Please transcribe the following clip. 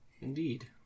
Indeed